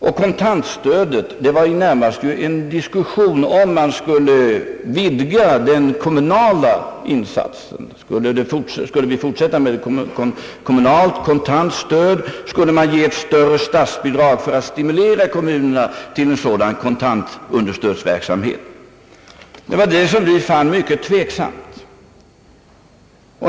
Här gällde det närmast om man skulle fortsätta med ett kommunalt kontant stöd. Skulle man ge ett större statsbidrag för att stimulera kommunerna till en ökad sådan kontantunderstödsverksamhet? Det fann vi mycket tveksamt.